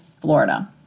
Florida